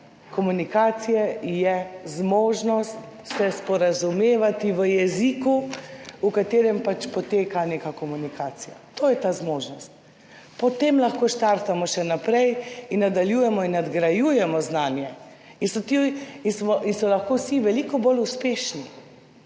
komunikacije je zmožnost se sporazumevati v jeziku, v katerem pač poteka neka komunikacija. To je ta zmožnost. Potem lahko štartamo še naprej in nadaljujemo in nadgrajujemo znanje in so lahko vsi veliko bolj uspešni,